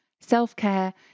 Self-care